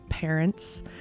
parents